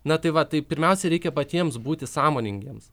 na tai va tai pirmiausia reikia patiems būti sąmoningiems